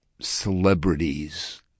celebrities